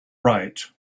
right